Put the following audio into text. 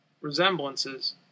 Resemblances